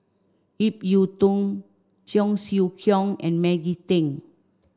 Ip Yiu Tung Cheong Siew Keong and Maggie Teng